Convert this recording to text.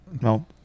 no